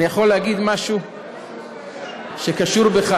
אני יכול להגיד משהו שקשור אליך?